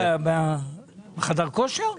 איפה, בחדר הכושר?